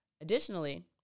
Additionally